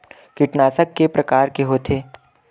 कीटनाशक के प्रकार के होथे?